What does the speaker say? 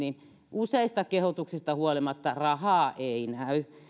useista kehotuksista huolimatta rahaa ei näy